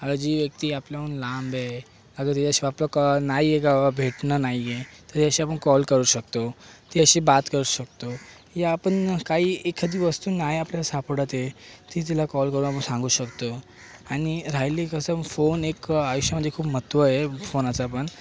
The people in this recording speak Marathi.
आता जी व्यक्ती आपल्याहून लांब आहे आता तिच्याशिवाय आपलं कोण नाही आहे गावा भेटणं नाही आहे तियाशी आपण कॉल करू शकतो तियाशी बात करू शकतो या आपण काही एखादी वस्तू नाही आपल्याला सापडत आहे ती तिला कॉल करून आपण सांगू शकतो आणि राहिली कसं फोन एक आयुष्यामध्ये खूप महत्त्व आहे फोनाचं पण